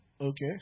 okay